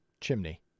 chimney